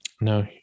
No